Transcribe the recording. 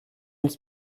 nic